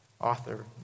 author